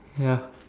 ya